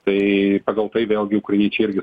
tai pagal tai vėlgi ukrainiečiai irgi